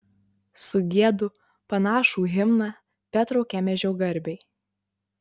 sugiedu panašų himną petro kemežio garbei